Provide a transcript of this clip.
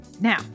Now